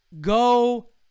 Go